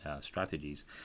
strategies